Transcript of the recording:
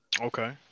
Okay